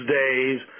days